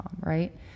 right